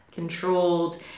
controlled